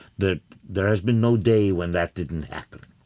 that there has been no day when that didn't happen.